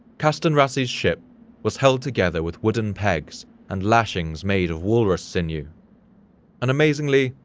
kastanrassi's ship was held together with wooden pegs and lashings made of walrus sinew and amazingly,